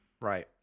Right